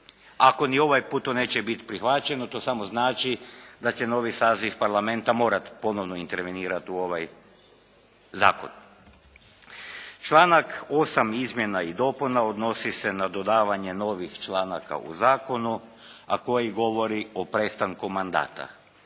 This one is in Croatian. ako ni ovaj put to neće bit prihvaćeno to samo znači da će novi saziv Parlamenta morat ponovno intervenirat u ovaj zakon. Članak 8. izmjena i dopuna odnosi se na dodavanje novih članaka u zakonu, a koji govori o prestanku mandata